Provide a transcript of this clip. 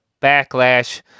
Backlash